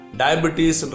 diabetes